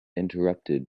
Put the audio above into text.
interrupted